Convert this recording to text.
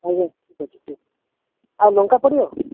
ଆଜ୍ଞା ଠିକ୍ ଅଛି ଠିକ୍ ଅଛି ଆଉ ଲଙ୍କା ପଡ଼ିବ